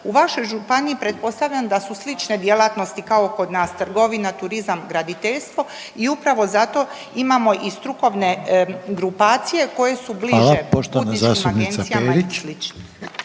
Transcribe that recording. U vašoj županiji pretpostavljam da su slične djelatnosti kao kod nas, trgovina, turizam, graditeljstvo i upravo zato imamo i strukovne grupacije koje su bliže putničkim agencijama i slično.